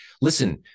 listen